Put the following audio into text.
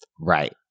Right